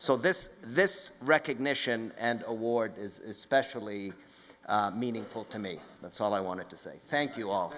so this this recognition and award is especially meaningful to me that's all i wanted to say thank you all